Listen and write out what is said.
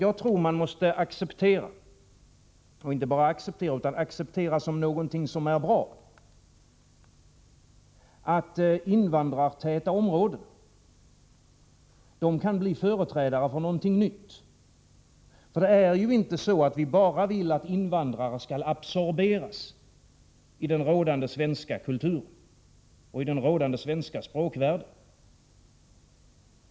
Jag tror att man måste acceptera, och inte bara acceptera utan acceptera som någonting som är bra, att invandrartäta områden kan bli företrädare för något nytt, eftersom vi inte vill att invandrare bara skall absorberas i den rådande svenska kulturen och i den rådande svenska språkvärlden.